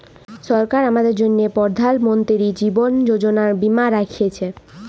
সরকার আমাদের জ্যনহে পরধাল মলতিরি জীবল যোজলা বীমা রাখ্যেছে